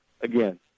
again